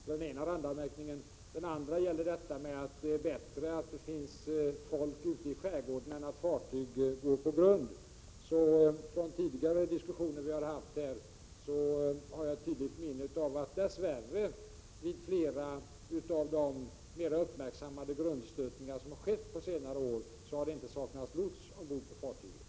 För det andra vill jag med anledning av vad som sagts om att det är bättre att det finns folk ute i skärgården än att fartyg går på grund säga följande. Från tidigare diskussioner som vi har haft här har jag ett tydligt minne av att det vid flera av de mera uppmärksammade grundstötningar som har skett på senare år dess värre inte har saknats lots ombord på fartyget.